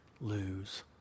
lose